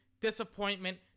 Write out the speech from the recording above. disappointment